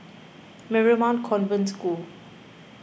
Marymount Convent School